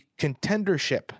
contendership